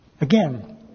Again